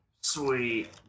Sweet